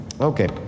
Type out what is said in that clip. Okay